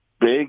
big